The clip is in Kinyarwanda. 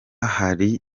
hari